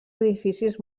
edificis